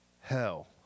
Hell